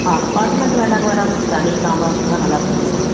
apartment வேண்டாம்ங்க madam தனி compound இருந்தால் நல்லா இருக்கும்ங்க மேடம்